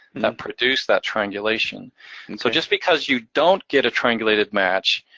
that produced that triangulation. and so, just because you don't get a triangulated match,